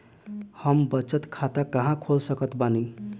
हम बचत खाता कहां खोल सकत बानी?